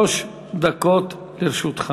שלוש דקות לרשותך.